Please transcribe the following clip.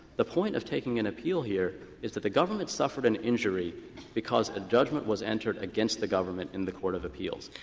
the point of taking an appeal here is that the government suffered an injury because a judgment was entered against the government in the court of appeals.